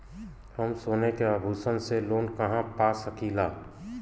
हम सोने के आभूषण से लोन कहा पा सकीला?